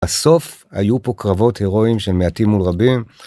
הסוף היו פה קרבות הירואים של מעטים מול רבים.